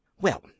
Well